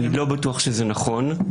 אני לא בטוח שזה נכון.